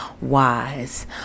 wise